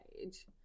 age